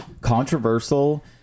controversial